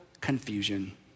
confusion